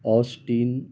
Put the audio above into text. austin